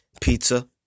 pizza